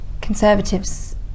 conservatives